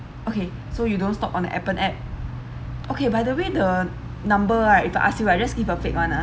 okay so you don't stop on the Appen app okay by the way the number right if I ask you right you just give a fake [one] ah